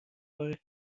بار